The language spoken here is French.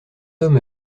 homme